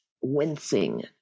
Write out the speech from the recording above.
wincing